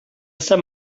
sant